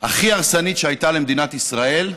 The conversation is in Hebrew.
הכי הרסנית שהייתה למדינת ישראל,